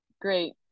great